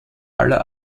aller